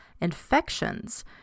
infections